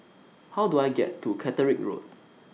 How Do I get to Catterick Road